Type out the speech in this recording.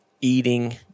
eating